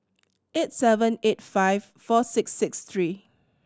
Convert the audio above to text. eight seven eight five four six six three